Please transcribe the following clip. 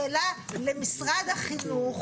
השאלה למשרד החינוך,